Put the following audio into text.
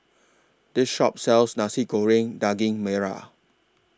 This Shop sells Nasi Goreng Daging Merah